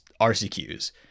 rcqs